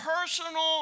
personal